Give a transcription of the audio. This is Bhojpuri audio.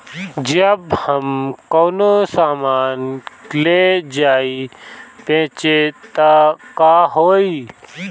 जब हम कौनो सामान ले जाई बेचे त का होही?